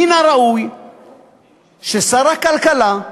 מן הראוי ששר הכלכלה,